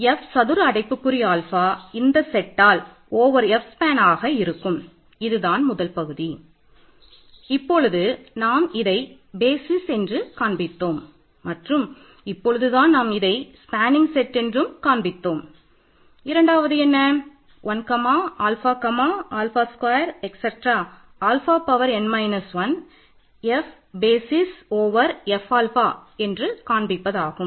F சதுர அடைப்புக்குறி alpha என்று காண்பிப்பது ஆகும்